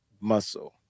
muscle